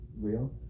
real